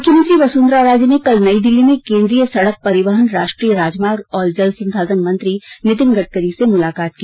मुख्यमंत्री वसुन्धरा राजे ने कल नई दिल्ली में केन्द्रीय सड़क परिवहन राष्ट्रीय राजमार्ग और जल संसाधन मंत्री नितिन गडकरी से मुलाकात की